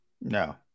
No